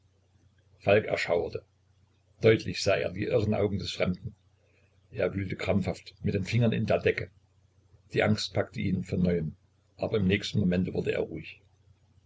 falk erschauerte deutlich sah er die irren augen des fremden er wühlte krampfhaft mit den fingern in der decke die angst packte ihn von neuem aber im nächsten momente wurde er ruhig